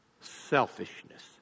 Selfishness